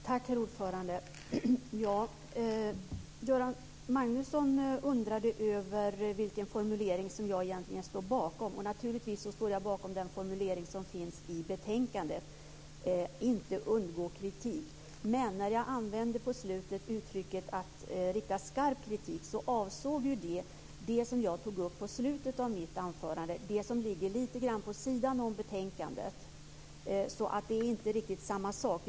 Herr talman! Göran Magnusson undrade vilken formulering jag egentligen står bakom. Naturligtvis står jag bakom den formulering som finns i betänkandet - inte undgå kritik. När jag mot slutet uttryckte mig om att rikta skarp kritik avsåg jag det som jag tog upp i slutet av mitt anförande och som lite grann ligger vid sidan av betänkandet. Det är inte riktigt samma sak.